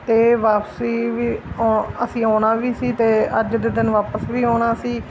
ਅਤੇ ਵਾਪਸੀ ਵੀ ਔ ਅਸੀਂ ਆਉਣਾ ਵੀ ਸੀ ਅਤੇ ਅੱਜ ਦੇ ਦਿਨ ਵਾਪਿਸ ਵੀ ਆਉਣਾ ਸੀ